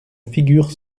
figure